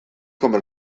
come